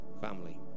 family